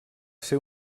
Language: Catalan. ser